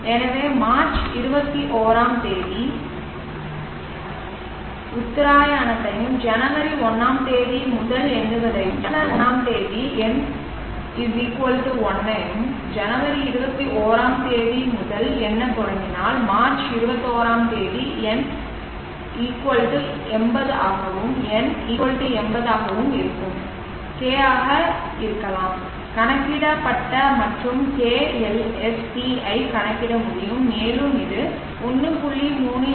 எனவே மார்ச் 21 ஆம் தேதி உத்தராயணத்தையும் ஜனவரி 1 ஆம் தேதி முதல் எண்ணுவதையும் ஜனவரி 1 ஆம் தேதி N 1 ஐயும் ஜனவரி 21 ஆம் தேதி முதல் எண்ணத் தொடங்கினால் மார்ச் 21 ஆம் தேதி N 80 ஆகவும் N 80 ஆகவும் இருக்கும் k ஆக இருக்கலாம் கணக்கிடப்பட்ட மற்றும் k Lsc ஐ கணக்கிட முடியும் மேலும் இது 1